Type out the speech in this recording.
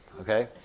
okay